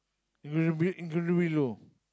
including be~ including below